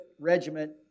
Regiment